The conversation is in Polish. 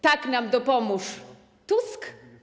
Tak nam dopomóż Tusk!